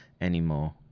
anymore